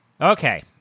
Okay